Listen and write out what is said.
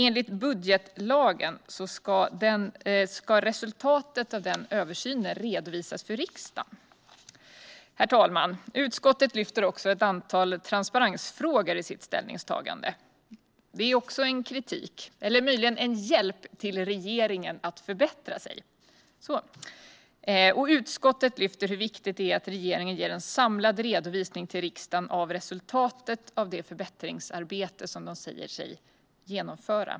Enligt budgetlagen ska resultatet av den översynen redovisas för riksdagen. Herr talman! Utskottet lyfter också upp ett antal transparensfrågor i sitt ställningstagande. Det är också en kritik - eller möjligen en hjälp till regeringen att förbättra sig. Utskottet lyfter upp hur viktigt det är att regeringen ger en samlad redovisning till riksdagen av resultatet av det förbättringsarbete som den säger sig genomföra.